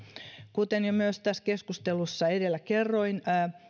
kuten jo myös tässä keskustelussa edellä kerroin